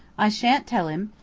i sha'n't tell him,